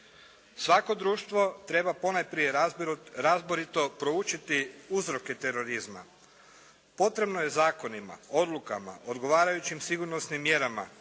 Svako društvo treba ponajprije razborito proučiti uzroke terorizma. Potrebno je zakonima, odlukama, odgovarajućim sigurnosnim mjerama